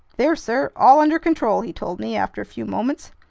there, sir, all under control! he told me after a few moments.